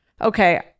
okay